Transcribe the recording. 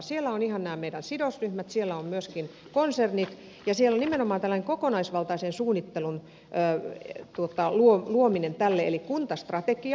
siellä ovat ihan nämä meidän sidosryhmät konsernit ja nimenomaan tällainen kokonaisvaltaisen suunnittelun luominen tälle eli kuntastrategia